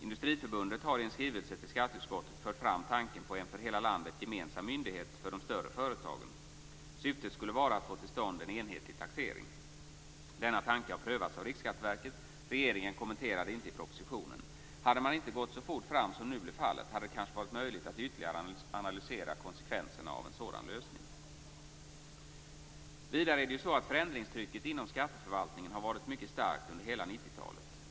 Industriförbundet har i en skrivelse till skatteutskottet fört fram tanken på en för hela landet gemensam myndighet för de större företagen. Syftet skulle vara att få till stånd en enhetlig taxering. Denna tanke har prövats av Riksskatteverket. Regeringen kommenterar den inte i propositionen. Hade man inte gått så fort fram som nu blir fallet, hade det kanske varit möjligt att ytterligare analysera konsekvenserna av en sådan lösning. Förändringstrycket inom skatteförvaltningen har varit mycket starkt under hela 90-talet.